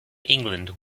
england